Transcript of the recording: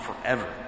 forever